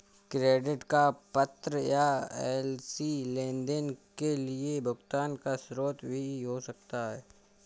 credit का पत्र या एल.सी लेनदेन के लिए भुगतान का स्रोत भी हो सकता है